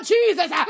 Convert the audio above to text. Jesus